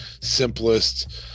simplest